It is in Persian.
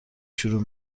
شروع